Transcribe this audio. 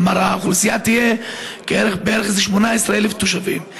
כלומר, האוכלוסייה תהיה בערך 18,000 תושבים.